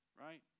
right